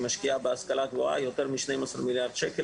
משקיעה בהשכלה גבוהה יותר מ-12 מיליארד שקל.